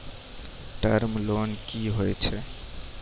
Term loan कि होय छै?